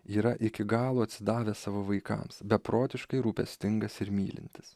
yra iki galo atsidavęs savo vaikams beprotiškai rūpestingas ir mylintis